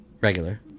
Regular